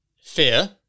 Fear